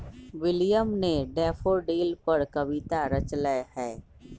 William ने daffodil पर कविता रच लय है